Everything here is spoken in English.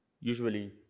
Usually